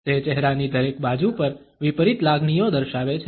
તે ચહેરાની દરેક બાજુ પર વિપરીત લાગણીઓ દર્શાવે છે